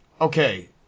Okay